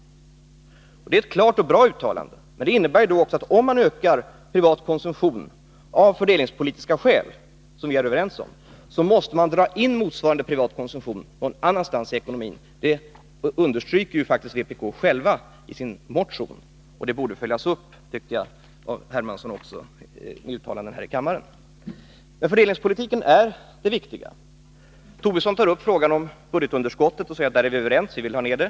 Det är ett klart och bra uttalande, men det innebär också att om man ökar privat konsumtion av fördelningspolitiska skäl, som vi är överens om, måste man dra in motsvarande privat konsumtion någon annanstans i ekonomin. Detta understryker ju vpk själva i sin motion, och jag tycker att det borde följas upp av C.-H. Hermansson i uttalanden här i kammaren. Fördelningspolitiken är det viktiga. Lars Tobisson tar upp frågan om budgetunderskottet och säger att där är vi överens — vi vill få ner det.